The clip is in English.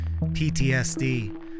PTSD